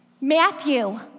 Matthew